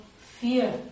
fear